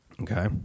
Okay